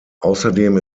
außerdem